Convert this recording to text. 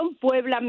Puebla